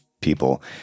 people